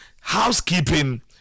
housekeeping